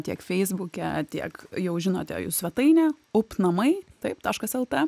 tiek feisbuke tiek jau žinote jų svetainę up namai taip taškas lt